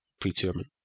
pre-tournament